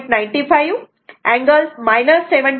95 angle 79